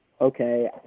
okay